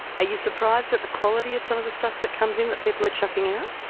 you surprised at the quality of some of the stuff that comes in that people are chucking out?